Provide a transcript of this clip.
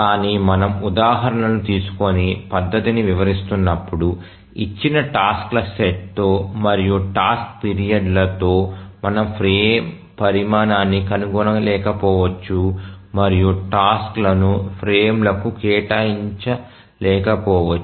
కానీ మనము ఉదాహరణలు తీసుకొని పద్దతిని వివరిస్తున్నప్పుడు ఇచ్చిన టాస్క్ ల సెట్ తో మరియు టాస్క్ పీరియడ్ ల తో మనం ఫ్రేమ్ పరిమాణాన్ని కనుగొనలేకపోవచ్చు మరియు టాస్క్ లను ఫ్రేమ్లకు కేటాయించలేకపోవచ్చు